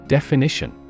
Definition